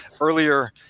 earlier